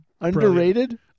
Underrated